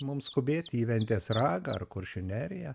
mum skubėti į ventės ragą ar kuršių neriją